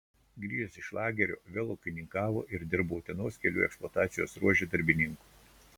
grįžęs iš lagerio vėl ūkininkavo ir dirbo utenos kelių eksploatacijos ruože darbininku